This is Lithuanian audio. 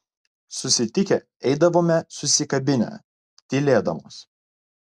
susitikę eidavome susikabinę tylėdamos